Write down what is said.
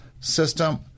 System